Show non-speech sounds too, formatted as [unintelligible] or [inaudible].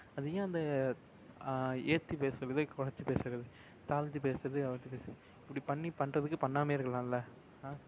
அது ஏன் அந்த ஏற்றிப் பேசுகிறது குறைச்சிப் பேசுகிறது தாழ்த்திப் பேசுகிறது [unintelligible] பேசுகிறது இப்படி பண்ணி பண்ணுறதுக்கு பண்ணாமையே இருக்கலாமில்ல ஆ